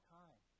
time